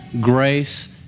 grace